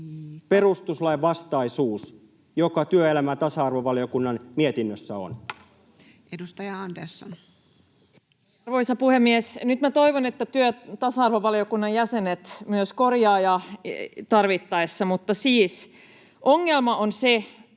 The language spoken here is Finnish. perustuslainvastaisuus, joka työelämä- ja tasa-arvovaliokunnan mietinnössä on? Edustaja Andersson. Arvoisa puhemies! Nyt minä toivon, että työ- ja tasa-arvovaliokunnan jäsenet myös korjaavat tarvittaessa, mutta siis ongelma on se,